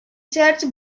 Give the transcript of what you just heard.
church